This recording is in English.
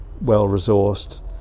well-resourced